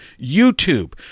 YouTube